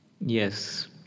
Yes